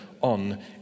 on